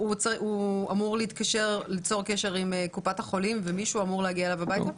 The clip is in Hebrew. הוא אמור ליצור קשר עם קופת החולים ומישהו אמור להגיע אליו הביתה?